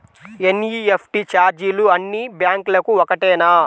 NEFT ఛార్జీలు అన్నీ బ్యాంక్లకూ ఒకటేనా?